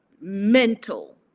mental